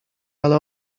ale